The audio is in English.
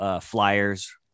flyers